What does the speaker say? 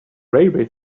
railway